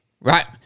right